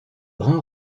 brun